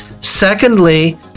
Secondly